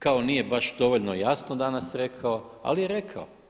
Kao nije baš dovoljno jasno danas rekao ali je rekao.